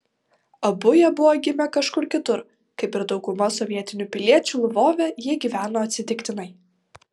abu jie buvo gimę kažkur kitur kaip ir dauguma sovietinių piliečių lvove jie gyveno atsitiktinai